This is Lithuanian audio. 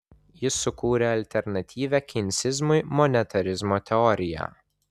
jis sukūrė alternatyvią keinsizmui monetarizmo teoriją